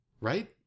right